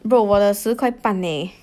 bro 我的十块半 eh